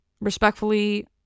Respectfully